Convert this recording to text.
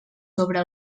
sobre